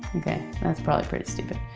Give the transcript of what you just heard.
okay, that's probably pretty stupid.